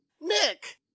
Nick